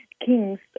kings